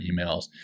emails